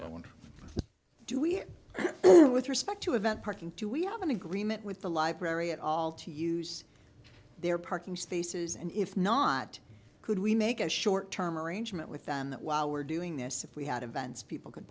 have with respect to event parking too we have an agreement with the library at all to use their parking spaces and if not could we make a short term arrangement with them that while we're doing this if we had events people could